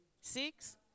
Six